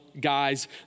guys